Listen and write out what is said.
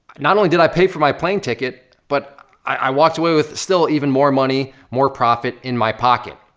not only did i pay for my plane ticket, but i walked away with still, even more money, more profit, in my pocket.